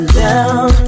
down